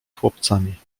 chłopcami